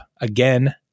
again